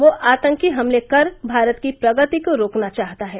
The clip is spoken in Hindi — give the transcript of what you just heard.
वह आतंकी हमले कर भारत की प्रगति को रोकना चाहता है